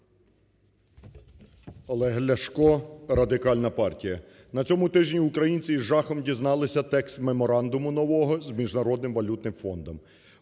Олег Ляшко, Радикальна партія. На цьому тижні українці із жахом дізналися текст меморандуму нового з Міжнародним валютним фондом.